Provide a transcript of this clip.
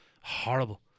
Horrible